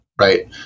right